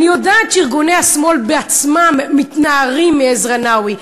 אני יודעת שארגוני השמאל בעצמם מתנערים מעזרא נאווי,